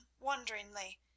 wonderingly